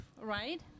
right